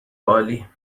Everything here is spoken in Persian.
عالی